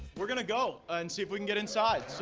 we're gonna go and see if we can get inside.